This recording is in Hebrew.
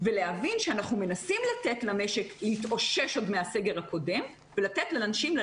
כי אנחנו מבינים שיש לסגר כזה משמעות אדירה שתגרום לקריסה של